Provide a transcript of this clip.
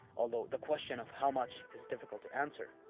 although, the question of how much is difficult to answer.